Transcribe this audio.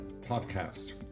podcast